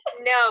No